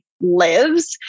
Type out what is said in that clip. lives